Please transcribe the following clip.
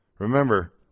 Remember